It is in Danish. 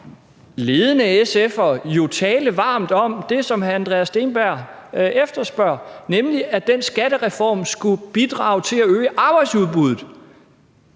ledende SF'ere tale varmt om det, som hr. Andreas Steenberg efterspørger, nemlig at den skattereform skulle bidrage til at øge arbejdsudbuddet.